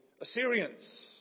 Assyrians